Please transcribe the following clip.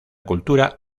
cultura